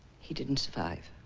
he didn't survive.